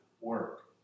work